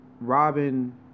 Robin